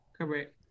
correct